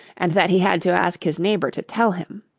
and that he had to ask his neighbour to tell him.